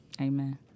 Amen